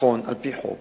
נכון על-פי חוק